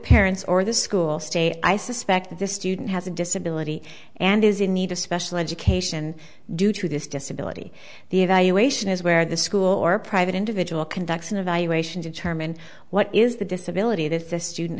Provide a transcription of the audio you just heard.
parents or the school stay i suspect that this student has a disability and is in need of special education due to this disability the evaluation is where the school or private individual conducts an evaluation to determine what is the disability that the student